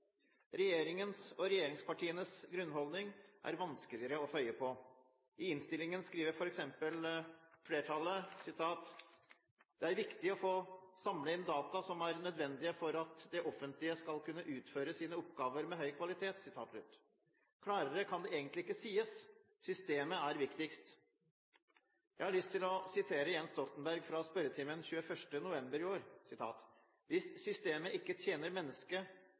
Regjeringens og regjeringspartienes grunnholdning er vanskeligere å få øye på. I innstillingen skriver f.eks. flertallet at det er «viktig å få samla inn data som er nødvendige for at det offentlege skal kunne utføre sine oppgåver med høg kvalitet». Klarere kan det egentlig ikke sies. Systemet er viktigst. Jeg har lyst til å sitere Jens Stoltenberg i spørretimen 21. november i år: «Hvis systemet ikke tjener mennesket